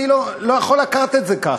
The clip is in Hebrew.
אני לא יכול לקחת את זה ככה.